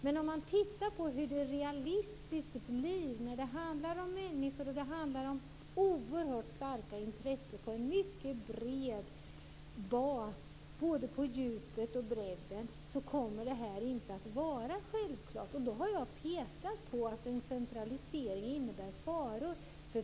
Men om man tittar på hur det realistiskt blir, när det handlar om människor och om oerhört starka intressen på en mycket bred bas både på djupet och bredden, så ser man att detta inte kommer att vara självklart. Därför har jag pekat på att en centralisering innebär faror.